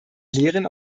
lehren